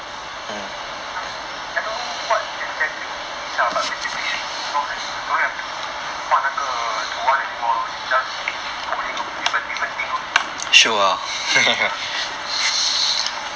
I I don't know what exactly it is ah but basically is not at is don't have to 画那个图案 anymore lor it's just coding different different thing lor ya man